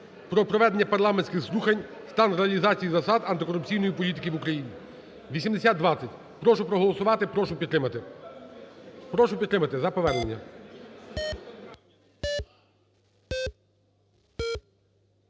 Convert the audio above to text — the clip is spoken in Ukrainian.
про проведення парламентських слухань "Стан реалізації засад антикорупційної політики в Україні" (8020), прошу проголосувати, прошу підтримати. Прошу підтримати за повернення.